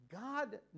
God